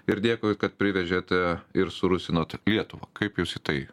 ir dėkui kad priveržėte ir surusinot lietuvą kaip jūs į tai